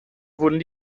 wurden